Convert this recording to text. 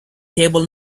table